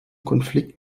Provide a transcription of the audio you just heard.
konflikt